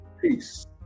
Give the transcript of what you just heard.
Peace